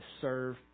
serve